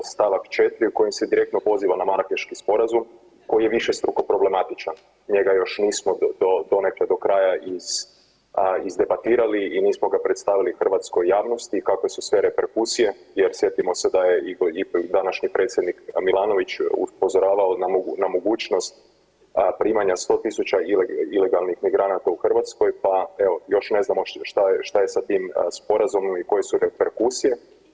51. stavak 4. u kojem se direktno poziva na Marakeški sporazum koji je višestruko problematičan, njega još nismo donekle do kraja iz, izdebatirali i nismo ga predstavili hrvatskoj javnosti i kakve su sve reperkusije jer sjetimo se da je i današnji predsjednik Milanović upozoravao na mogućnost primanja 100.000 ilegalnih migranata u Hrvatskoj pa evo još ne znamo šta je sa tim sporazumom i koje su reperkusije.